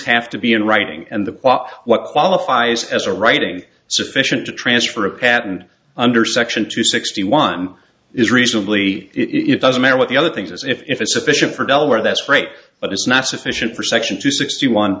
have to be in writing and the pop what qualifies as a writing sufficient to transfer a patent under section two sixty one is reasonably it doesn't matter what the other things as if is sufficient for delaware that's right but it's not sufficient for section two sixty one